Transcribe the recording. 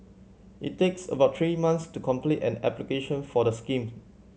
it takes about three months to complete an application for the schemes